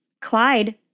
Clyde